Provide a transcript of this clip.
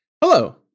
Hello